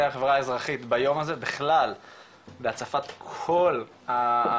החברה האזרחית ביום הזה בכלל בהצפת התופעה